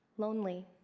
lonely